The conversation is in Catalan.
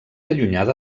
allunyada